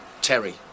Terry